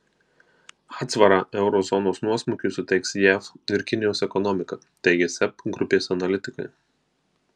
atsvarą euro zonos nuosmukiui suteiks jav ir kinijos ekonomika teigia seb grupės analitikai